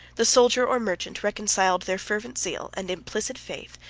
the soldier or merchant, reconciled their fervent zeal, and implicit faith,